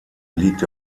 liegt